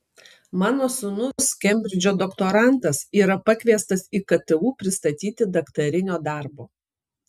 mano sūnus kembridžo doktorantas yra pakviestas į ktu pristatyti daktarinio darbo